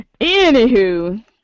anywho